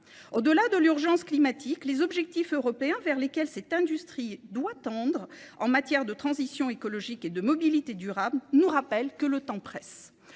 Au-delà de l'urgence climatique, les objectifs européens vers lesquels cette industrie doit tendre en matière de transition écologique et de mobilité durable nous rappellent que le temps presse.